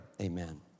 amen